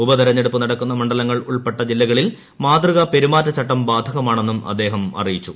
ഉപതിരഞ്ഞെടുപ്പ് നടക്കുന്ന മണ്ഡലങ്ങൾ ഉൾപ്പെട്ട ജില്ലകളിൽ മാതൃകാ പെരുമാറ്റച്ചട്ടം ബാധകമാണെന്നും അദ്ദേഹം അറിയിച്ചു